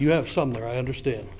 you have somewhere i understand